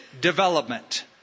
development